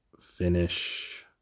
finish